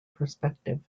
perspective